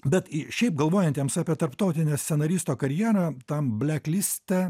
bet šiaip galvojantiems apie tarptautinę scenaristo karjerą tam blekliste